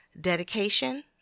Dedication